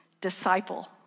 Disciple